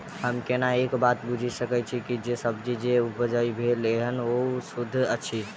हम केना ए बात बुझी सकैत छी जे सब्जी जे उपजाउ भेल एहन ओ सुद्ध अछि?